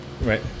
Right